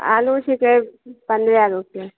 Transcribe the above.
आलू छिकै पन्द्रह रुपैये